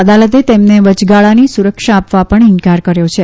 અદાલતે તેમને વયગાળાની સુરક્ષા આપવા પણ ઇન્કાર કર્યો છે